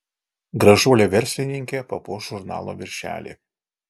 gražuolė verslininkė papuoš žurnalo viršelį